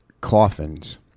Coffins